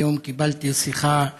היום קיבלתי שיחה עצובה,